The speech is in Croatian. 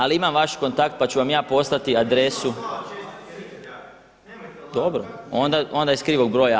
Ali imam vaš kontakt pa ću vam ja poslati adresu … [[Upadica se ne razumije.]] dobro, onda je s krivog broja.